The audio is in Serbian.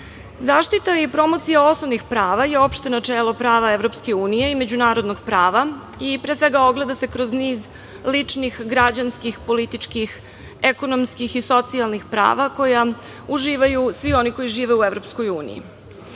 i promocija osnovnih prava je opšte načelo prava EU i međunarodnog prava i ogleda se kroz niz ličnih, građanskih, političkih, ekonomskih i socijalnih prava koja uživaju svi oni koji žive u EU.Prethodne